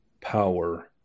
power